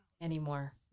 anymore